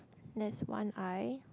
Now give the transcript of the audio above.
that's one I